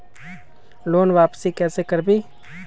Loan वापसी कैसे करबी?